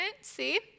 see